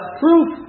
proof